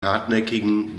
hartnäckigen